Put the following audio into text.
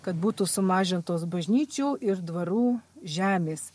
kad būtų sumažintos bažnyčių ir dvarų žemės